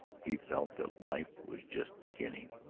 he felt that life was just beginning.